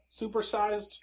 supersized